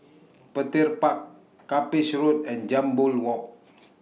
Petir Park Cuppage Road and Jambol Walk